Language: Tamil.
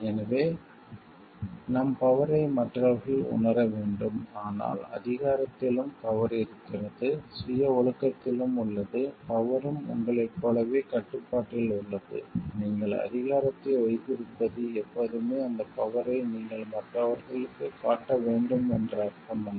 எனவே நம் பவரை மற்றவர்கள் உணர வேண்டும் ஆனால் அதிகாரத்திலும் பவர் இருக்கிறது சுய ஒழுக்கத்திலும் உள்ளது பவர்ரும் உங்களைப் போலவே கட்டுப்பாட்டில் உள்ளது நீங்கள் அதிகாரத்தை வைத்திருப்பது எப்போதுமே அந்த பவரை நீங்கள் மற்றவர்களுக்கு காட்ட வேண்டும் என்று அர்த்தமல்ல